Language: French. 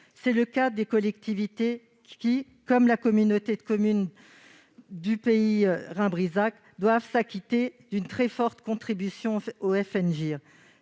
pour des collectivités qui, comme la communauté de communes Pays Rhin-Brisach, doivent s'acquitter d'une très forte contribution au FNGIR.